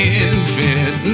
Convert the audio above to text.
infant